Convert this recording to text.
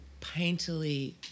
painterly